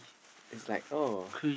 it's like oh